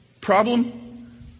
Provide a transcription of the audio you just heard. problem